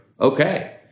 Okay